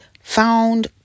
found